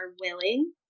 willing